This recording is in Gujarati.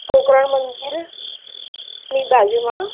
કોકરણ મંદિર ની બાજુમાં